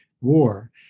war